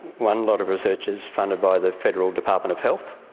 one lot of research is funded by the federal department of health,